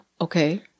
Okay